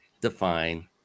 define